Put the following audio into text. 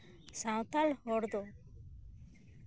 ᱥᱟᱱᱛᱟᱲ ᱦᱚᱲ ᱫᱚ